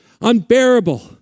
unbearable